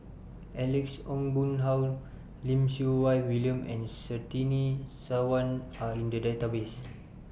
Alex Ong Boon Hau Lim Siew Wai William and Surtini Sarwan Are in The Database